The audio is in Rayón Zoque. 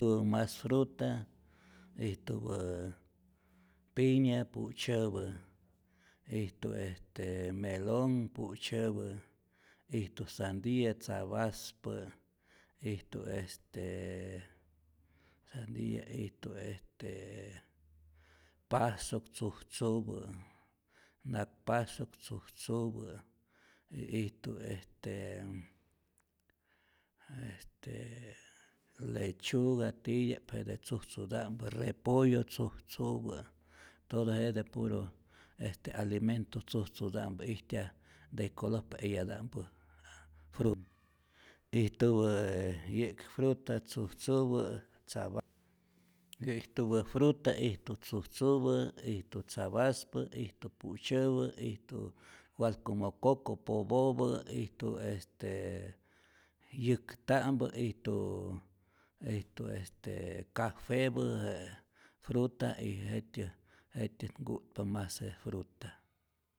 Uj mas fruta ijtupä piña pu'tzyäpä', ijtu este melonh pu'tzyäpä, ijtu sandia tzapaspä, ijtu este sandia ijtu este pasok tzujtzupä, nakpasok tzujtzupä y ijtu estee estee lechuga titya'p jete tzujtzuta'mpä, repollo tzujtzupä, todo jete puro este alimento tzujtzuta'mpä, ijtyaj de color pe eyata'mpä frut, ijtupä yä'k fruta tzujtzupä tzaba, yä' ijtupä fruta ijtu tzujtzupä, ijtu tzapaspä, ijtu pu'tzyäpä, ijtu igual como coco popopä', ijtu estee yäkta'mpä, ijtu ijtu estee cafepä je fruta y jet'tyät jet'tyät nku'tpa mas je fruta.